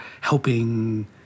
helping